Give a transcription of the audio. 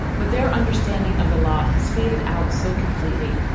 but their understanding of the law has faded out so completely.